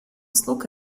услуг